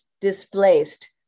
displaced